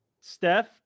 Steph